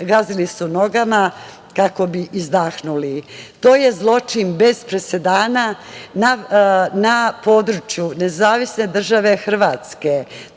gazili su nogama kako bi izdahnuli. To je zločin bez presedana na području NDH. Tokom Drugog svetskog